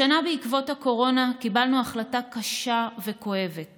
השנה, בעקבות הקורונה, קיבלנו החלטה קשה וכואבת